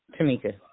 tamika